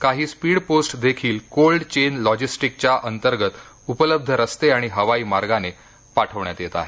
काही speed post देखील cold chain लॉजिस्टीकच्या अंतर्गतच उपलब्ध रस्ते किंवा हवाई मार्गाने पाठविण्यात येत आहेत